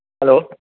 hello